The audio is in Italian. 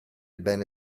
bene